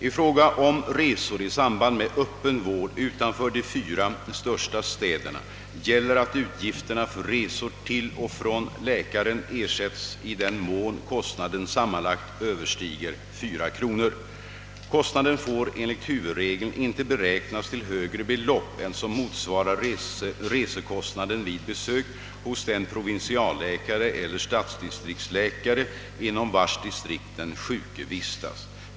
I fråga om resor i samband med öppen vård utanför de fyra största städerna gäller att utgifterna för resor till och från läkare ersätts i den mån kostnaden sammanlagt överstiger 4 kronor. Kostnaden får enligt huvudregeln inte beräknas till högre belopp än som motsvarar resekostnaden vid besök hos den provinsialläkare eller stadsdistriktsläkare, inom vars distrikt den sjuke vistas.